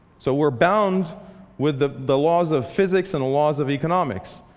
so we're bound with the the laws of physics and the laws of economics.